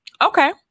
Okay